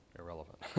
irrelevant